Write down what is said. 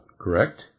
correct